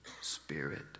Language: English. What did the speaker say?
Spirit